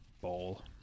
bowl